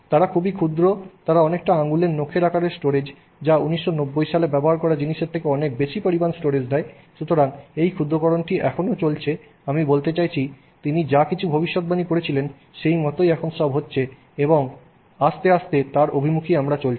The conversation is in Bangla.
তারা খুবই ক্ষুদ্র তারা অনেকটা আঙুলের নখের আকারের স্টোরেজ যা 1990 সালে ব্যবহার করা জিনিসের চেয়ে অনেক বেশি পরিমাণের স্টোরেজ দেয় সুতরাং এই ক্ষুদ্রকরণটি এখনও চলছে আমি বলতে চাইছি তিনি যাকিছু ভবিষ্যদ্বাণী করেছিলেন সেই মতই এখন সব হচ্ছে এবং এবং আস্তে আস্তে তাঁর অভিমুখী আমরা চলছি